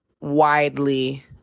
widely